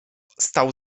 stał